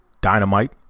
Dynamite